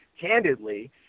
candidly